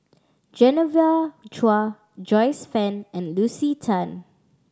Genevieve Chua Joyce Fan and Lucy Tan